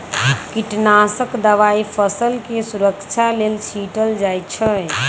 कीटनाशक दवाई फसलके सुरक्षा लेल छीटल जाइ छै